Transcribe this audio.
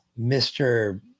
Mr